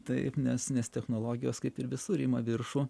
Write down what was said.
taip nes nes technologijos kaip ir visur ima viršų